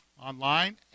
online